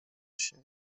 się